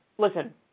Listen